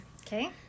Okay